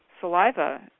saliva